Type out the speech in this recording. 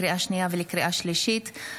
לקריאה שנייה ולקריאה שלישית,